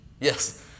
yes